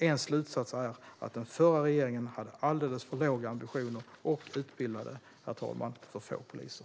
En slutsats är att den förra regeringen hade alldeles för låga ambitioner och utbildade för få poliser.